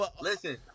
Listen